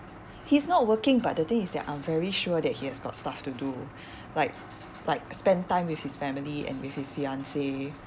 he's not working but the thing is that I'm very sure that he has got stuff to do like like spend time with his family and with his fiancee